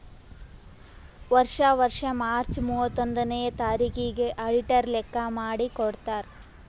ವರ್ಷಾ ವರ್ಷಾ ಮಾರ್ಚ್ ಮೂವತ್ತೊಂದನೆಯ ತಾರಿಕಿಗ್ ಅಡಿಟರ್ ಲೆಕ್ಕಾ ಮಾಡಿ ಕೊಡ್ತಾರ್